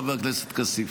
חבר הכנסת כסיף,